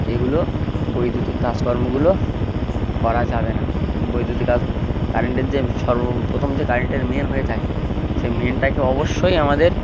এগুলো বৈদ্যুতিক কাজকর্মগুলো করা যাবে না বৈদ্যুতিক কাজ কারেন্টের যে সর্বপ্রথম যে কারেন্টের মেইন হয়ে থাকে সেই মেইনটাকে অবশ্যই আমাদের